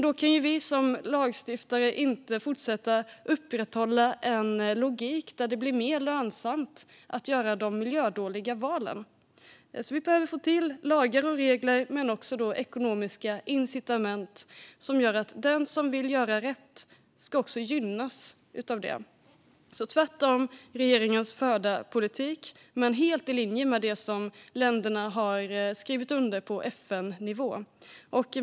Då kan vi som lagstiftare inte fortsätta att upprätthålla en logik där det blir mer lönsamt att göra de miljödåliga valen. Vi behöver få till lagar och regler och också ekonomiska incitament som gör att den som vill göra rätt också gynnas av det. Det är tvärtemot regeringens förda politik men helt i linje med det som länderna har skrivit under på FN-nivå.